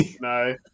No